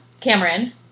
Cameron